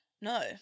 no